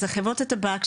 אז חברות הטבק,